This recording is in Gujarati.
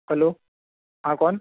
હલો હા કોણ